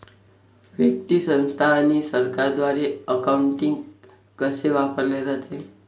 व्यक्ती, संस्था आणि सरकारद्वारे अकाउंटिंग कसे वापरले जाते